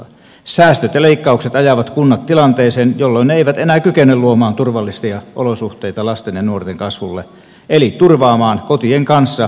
säästöt ja leikkaukset ajavat kunnat tilanteeseen jolloin ne eivät enää kykene luomaan turvallisia olosuhteita lasten ja nuorten kasvulle eli turvaamaan kotien kanssa sivistysyhteiskunnan tulevaisuutta